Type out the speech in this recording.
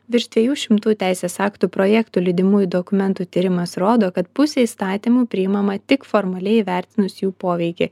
virš dviejų šimtų teisės aktų projektų lydimųjų dokumentų tyrimas rodo kad pusė įstatymų priimama tik formaliai įvertinus jų poveikį